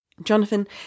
Jonathan